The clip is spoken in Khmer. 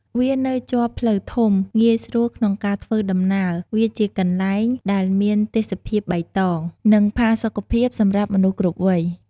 វានៅជាប់ផ្លូវធំ ងាយស្រួលក្នុងការធ្វើដំណើរ វាជាកន្លែងដែលមានទេសភាពបៃតង និងផាសុខភាពសម្រាប់មនុស្សគ្រប់វ័យ។